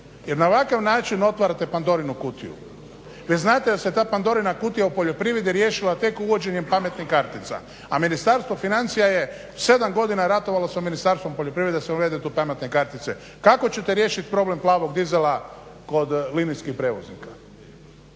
jer na ovakav način otvarate Pandorinu kutiju. Vi znate da se ta Pandorina Kutija u poljoprivredi riješila tek uvođenjem pametnih kartica, a Ministarstvo financija je 7 godina ratovalo sa Ministarstvom poljoprivrede da se uvede te pametne kartice. Kako ćete riješit problem plavog dizela kod linijskih prijevoznika.